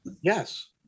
yes